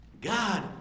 God